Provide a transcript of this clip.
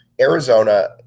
Arizona